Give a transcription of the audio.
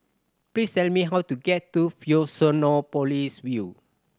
please tell me how to get to Fusionopolis View